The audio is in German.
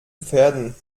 pferden